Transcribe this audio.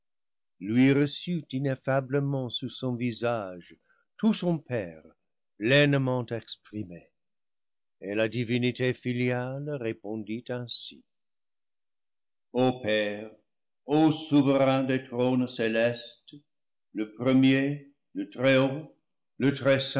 lui reçut ineffablement sur son visage tout son père pleine ment exprimé et la divinité filiale répondit ainsi o père ô souverain des trônes célestes le premier le très-haut